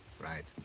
right,